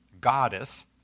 goddess